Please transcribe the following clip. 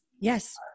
Yes